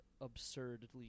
absurdly